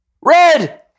Red